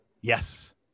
yes